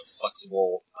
flexible